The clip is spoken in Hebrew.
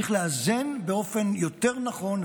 צריך לאזן באופן יותר נכון,